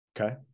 Okay